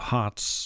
Hearts